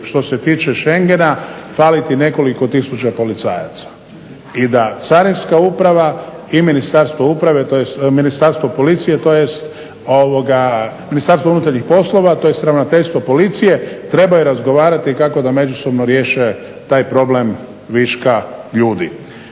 što se tiče šengena faliti nekoliko tisuća policajaca i da Carinska uprava i Ministarstvo policije tj. MUP tj. ravnateljstvo policije trebaju razgovarati kako da međusobno riješe taj problem viška ljudi.